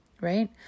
right